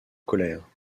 colère